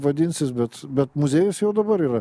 vadinsis bet bet muziejus jau dabar yra